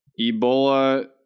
Ebola